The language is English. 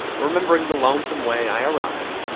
remembering the lonesome way i arrived,